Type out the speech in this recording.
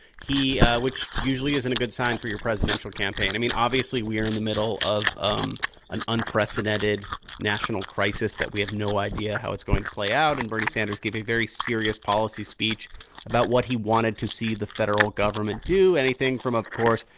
he which usually isn't a good sign for your presidential campaign. i mean, obviously, we are in the middle of um an unprecedented national crisis that we have no idea how it's going to play out. and bernie sanders gave a very serious policy speech about what he wanted to see the federal government do, anything from, of course,